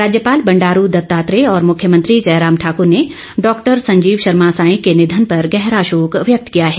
राज्यपाल बंडारू दत्तात्रेय और मुख्यमंत्री जयराम ठाकुर ने डॉक्टर संजीव शर्मा सांई के निधन पर गहरा शोक व्यक्त किया है